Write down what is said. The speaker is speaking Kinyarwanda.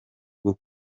rwo